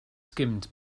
skimmed